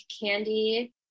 candy